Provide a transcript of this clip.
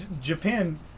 Japan